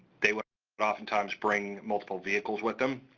they would but often times bring multiple vehicles with them,